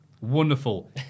wonderful